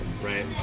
right